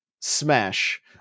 smash